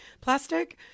plastic